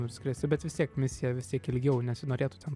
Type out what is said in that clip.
nuskris bet vis tiek misija vis tiek ilgiau nesinorėtų ten